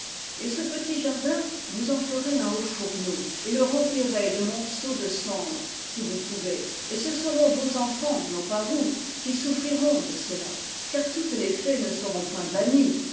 et ce petit jardin vous en ferez un haut fourneau et le remplirez de monceaux de cendres si vous pouvez et ce seront vos enfants non pas vous qui souffriront de cela car toutes les fées ne seront point bannies